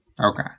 Okay